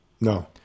No